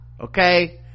okay